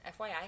FYI